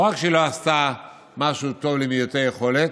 לא רק שהיא לא עשתה משהו טוב למעוטי יכולת